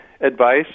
advice